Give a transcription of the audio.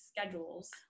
schedules